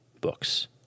books